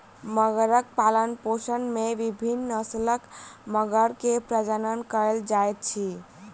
मगरक पालनपोषण में विभिन्न नस्लक मगर के प्रजनन कयल जाइत अछि